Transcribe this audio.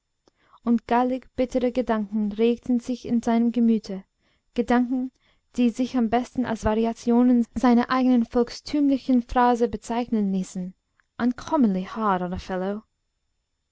und gallig bittere gedanken regten sich in seinem gemüte gedanken die sich am besten als variationen seiner eigenen volkstümlichen phrase bezeichnen ließen